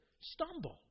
stumble